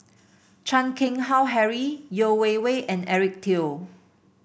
Chan Keng Howe Harry Yeo Wei Wei and Eric Teo